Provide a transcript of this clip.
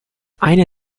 eine